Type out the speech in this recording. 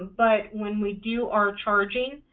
but when we do our charging,